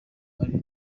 ari